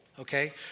Okay